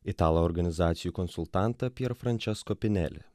italą organizacijų konsultantą pjier frančesko pineli